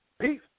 Peace